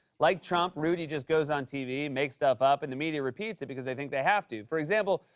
like trump, rudy just goes on tv, makes stuff up, and the media repeats it because they think they have to. for example,